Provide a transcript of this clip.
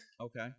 okay